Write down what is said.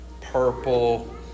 purple